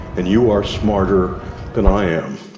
and you are smarter than i am,